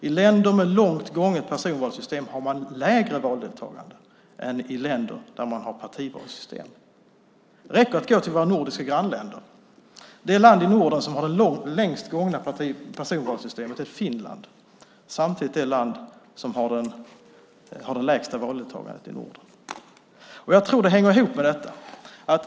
I länder med långt gånget personvalssystem har man lägre valdeltagande än i länder där man har partivalssystem. Det räcker att gå till våra nordiska grannländer. Det land i Norden som har det längst gångna personvalssystemet är Finland. Det är samtidigt det land som har det lägsta valdeltagandet i Norden. Jag tror att det hänger ihop med detta.